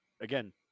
again